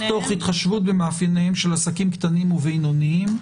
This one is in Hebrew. התחשבות במאפייניהם של עסקים קטנים ובינוניים,